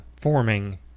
forming